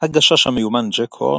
הגשש המיומן ג'ק הורן,